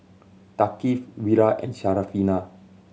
Thaqif Wira and Syarafina